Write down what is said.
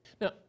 Now